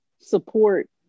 support